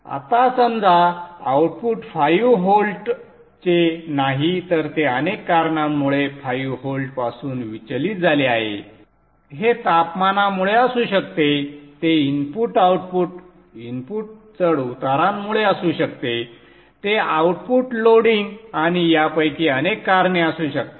आता समजा आउटपुट 5 व्होल्टचे नाही तर ते अनेक कारणांमुळे 5 व्होल्ट पासून विचलित झाले आहे हे तापमानामुळे असू शकते ते इनपुट आउटपुट इनपुट चढ उतारामुळे असू शकते ते आउटपुट लोडिंग आणि यापैकी अनेक कारणे असू शकतात